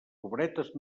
pobretes